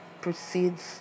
proceeds